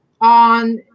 on